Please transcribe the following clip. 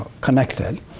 connected